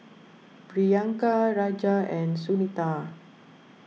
Priyanka Raja and Sunita